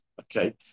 okay